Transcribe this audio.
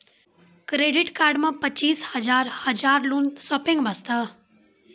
Credit card मे पचीस हजार हजार लोन शॉपिंग वस्ते?